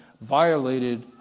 violated